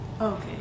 okay